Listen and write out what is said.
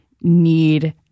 need